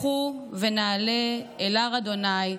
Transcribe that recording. לכו ונעלה אל הר ה',